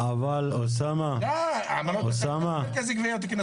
עמלות במרכז גביית הקנסות?